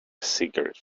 cigarette